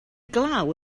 glaw